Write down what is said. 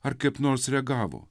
ar kaip nors reagavo